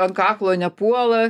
ant kaklo nepuola